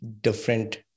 different